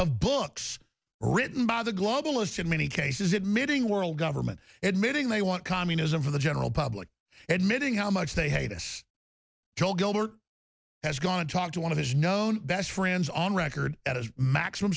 of books written by the globalists in many cases it middling world government admitting they want communism for the general public admitting how much they hate us has gone and talked to one of his known best friends on record at a maximum